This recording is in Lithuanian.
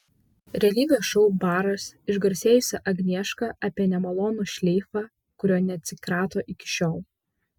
realybės šou baras išgarsėjusi agnieška apie nemalonų šleifą kurio neatsikrato iki šiol